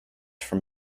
from